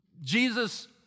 Jesus